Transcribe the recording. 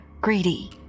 greedy